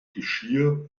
geschirr